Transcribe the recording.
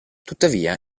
tuttavia